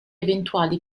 eventuali